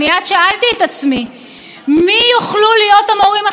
מי אלה שמהם אוכל ללמוד נימוסים והליכות?